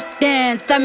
dance